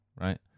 right